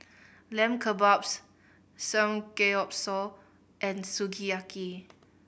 Lamb Kebabs Samgeyopsal and Sukiyaki